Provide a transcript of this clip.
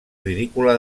ridícula